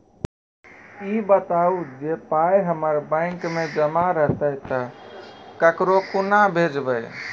ई बताऊ जे पाय हमर बैंक मे जमा रहतै तऽ ककरो कूना भेजबै?